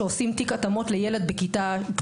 כשעושים תיק התאמות לילד,